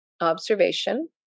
observation